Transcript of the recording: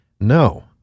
No